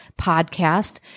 podcast